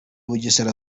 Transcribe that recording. bugesera